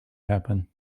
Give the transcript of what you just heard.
happen